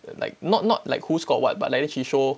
and like not not like who scored what but like then she show